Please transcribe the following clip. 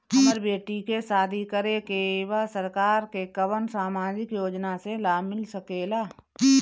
हमर बेटी के शादी करे के बा सरकार के कवन सामाजिक योजना से लाभ मिल सके ला?